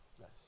Yes